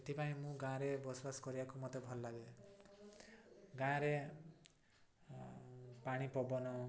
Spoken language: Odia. ସେଥିପାଇଁ ମୁଁ ଗାଁରେ ବସବାସ କରିବାକୁ ମୋତେ ଭଲ ଲାଗେ ଗାଁରେ ପାଣି ପବନ